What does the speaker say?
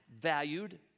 valued